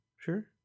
sure